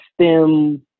STEM